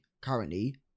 currently